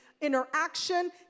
interaction